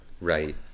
Right